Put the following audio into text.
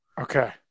Okay